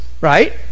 Right